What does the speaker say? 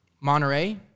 Monterey